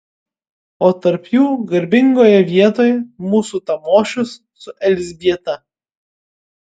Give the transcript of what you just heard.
o tarp jų garbingoje vietoj mūsų tamošius su elzbieta